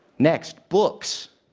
next, books.